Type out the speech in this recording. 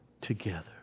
together